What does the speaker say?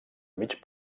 mig